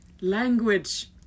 Language